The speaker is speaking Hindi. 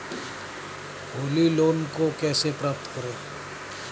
होली लोन को कैसे प्राप्त करें?